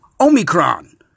omicron